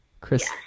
Chris